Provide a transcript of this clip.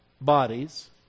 Bodies